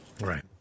Right